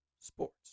Sports